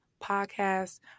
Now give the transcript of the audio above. Podcast